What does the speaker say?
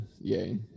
Yay